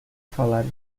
falar